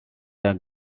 were